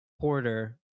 porter